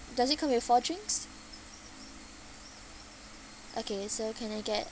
does it come with four drinks okay so can I get